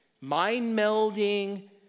mind-melding